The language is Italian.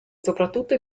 soprattutto